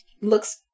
looks